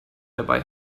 dabei